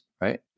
Right